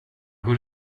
går